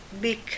big